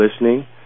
listening